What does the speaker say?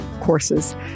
courses